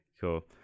Cool